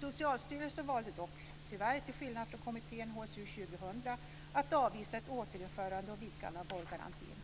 Socialstyrelsen valde dock tyvärr - till skillnad från kommittén HSU 2000 - att avvisa ett återinförande och vidgande av vårdgarantin.